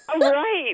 right